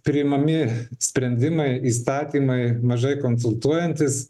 priimami sprendimai įstatymai mažai konsultuojantis